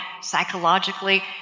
psychologically